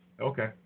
Okay